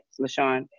LaShawn